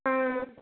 आं